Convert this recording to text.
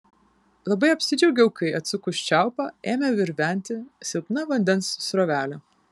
labai apsidžiaugiau kai atsukus čiaupą ėmė virventi silpna vandens srovelė